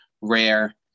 rare